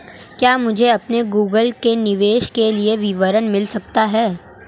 क्या मुझे अपने गूगल पे निवेश के लिए विवरण मिल सकता है?